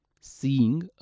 Seeing